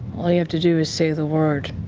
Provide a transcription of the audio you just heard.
all you have to do is say the word,